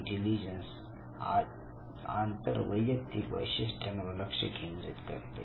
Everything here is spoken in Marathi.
इंटेलिजन्स आंतर वैयक्तिक वैशिष्ट्यांवर लक्ष केंद्रित करते